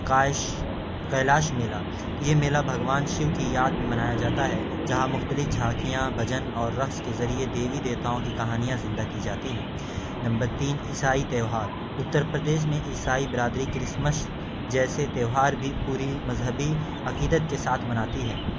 کائش کیلاش میلہ یہ میلہ بھگوان شیو کی یاد میں منایا جاتا ہے جہاں مختلف جھانکیاں بھجن اور رقص کے ذریعے دیوی دیوتاؤں کی کہانیاں زندہ کی جاتی ہیں نمبر تین عیسائی تیوہار اتر پردیش میں عیسائی برادری کرسمس جیسے تیوہار بھی پوری مذہبی عقیدت کے ساتھ مناتی ہے